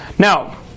Now